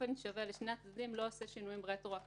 באופן שווה לשני הצדדים לא עושה שינויים רטרואקטיביים.